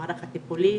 במערך הטיפולי,